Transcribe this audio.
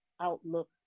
Outlook